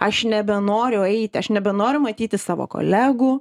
aš nebenoriu eiti aš nebenoriu matyti savo kolegų